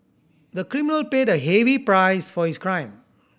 the criminal paid a heavy price for his crime